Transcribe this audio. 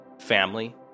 family